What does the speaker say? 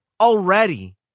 already